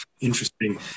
Interesting